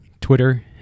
Twitter